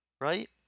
right